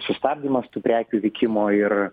sustabdymas tų prekių vykimo ir